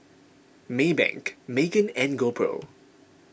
Maybank Megan and GoPro